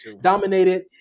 dominated